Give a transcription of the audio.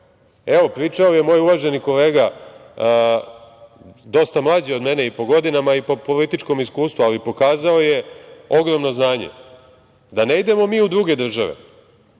pričao je moj uvaženi kolega dosta mlađi od mene i po godinama i po političkom iskustvu, ali pokazao je ogromno znanje, da ne idemo u druge države,